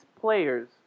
players